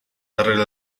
darrere